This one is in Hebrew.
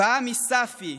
באה מסאפי,